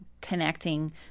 connecting